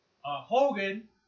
Hogan